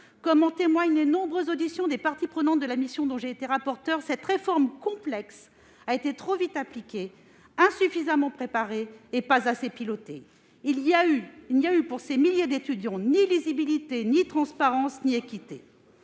comme en témoignent les nombreuses auditions des parties prenantes dans le cadre de la mission d'information dont j'ai été rapporteure, cette réforme complexe a été trop vite appliquée, insuffisamment préparée et pilotée. Il n'y a eu, pour ces milliers d'étudiants, ni lisibilité, ni transparence, ni équité.